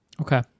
Okay